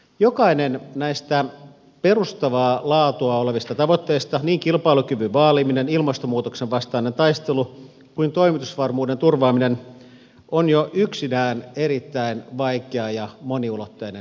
jokainen näistä perustavaa laatua olevista tavoitteista niin kilpailukyvyn vaaliminen ilmastonmuutoksen vastainen taistelu kuin toimitusvarmuuden turvaaminen on jo yksinään erittäin vaikea ja moniulotteinen kysymys